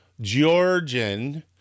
Georgian